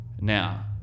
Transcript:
now